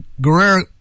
Guerrero